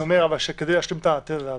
כדי להשלים את התזה שלי,